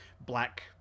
black